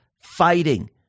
fighting